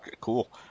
cool